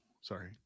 sorry